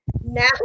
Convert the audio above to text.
now